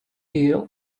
eel